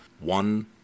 one